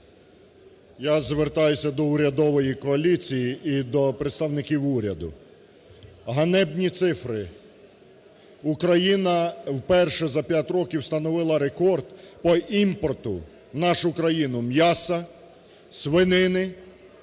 Я звертаюся до урядової коаліції і до представників уряду. Ганебні цифри: Україна вперше за 5 років встановила рекорд по імпорту в нашу країну м'яса свинини